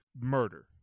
murder